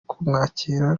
kumwakira